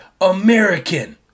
American